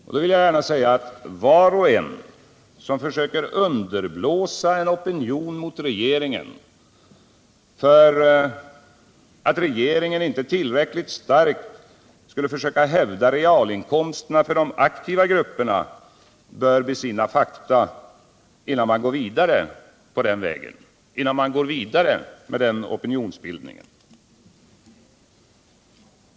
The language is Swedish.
Jag vill gärna säga att var och en som försöker underblåsa en opinion mot regeringen för att den inte tillräckligt starkt försöker hävda realinkomsterna för de aktiva grupperna bör besinna fakta innan man går vidare med den opinionsbildningen.